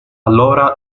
allora